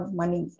money